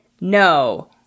no